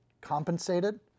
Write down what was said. compensated